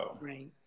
Right